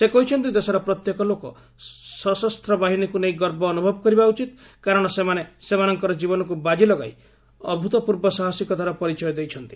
ସେ କହିଛନ୍ତି ଦେଶର ପ୍ରତ୍ୟେକ ଲୋକ ସଶସ୍ତ୍ରବାହିନୀକୁ ନେଇ ଗର୍ବ ଅନୁଭବ କରିବା ଉଚିତକାରଣ ସେମାନେ ସେମାନଙ୍କର ଜୀବନକୁ ବାଜି ଲଗାଇ ଅଭ୍ରତପୂର୍ବ ସାହସିକତାର ପରିଚୟ ଦେଇଛନ୍ତି